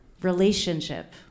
Relationship